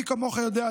מי כמוך יודע,